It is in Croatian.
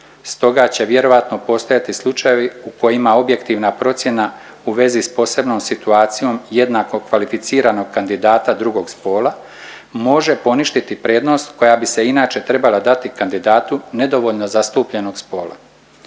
Stoga će vjerojatno postojati slučajevi u kojima objektivna procjena u vezi s posebnom situacijom jednako kvalificiranog kandidata drugog spola može poništiti prednost koja bi se inače trebala dati kandidatu nedovoljno zastupljenog spola.